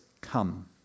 come